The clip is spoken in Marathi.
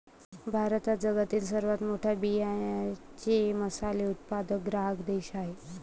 भारत हा जगातील सर्वात मोठा बियांचे मसाले उत्पादक ग्राहक देश आहे